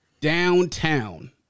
downtown